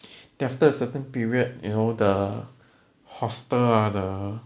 then after a certain perod you know the hostel ah the